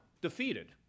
defeated